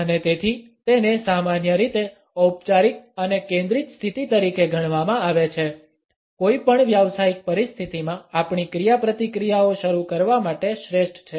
અને તેથી તેને સામાન્ય રીતે ઔપચારિક અને કેન્દ્રિત સ્થિતિ તરીકે ગણવામાં આવે છે કોઈપણ વ્યાવસાયિક પરિસ્થિતિમાં આપણી ક્રિયાપ્રતિક્રિયાઓ શરૂ કરવા માટે શ્રેષ્ઠ છે